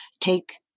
take